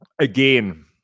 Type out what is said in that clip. Again